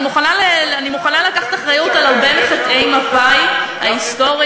אני מוכנה לקחת אחריות על הרבה מחטאי מפא"י ההיסטורית,